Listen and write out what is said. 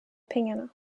pengarna